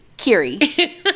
Kiri